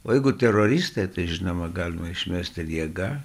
o jeigu ir teroristą žinoma galima išmest ir jėga